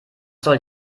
soll